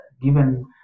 given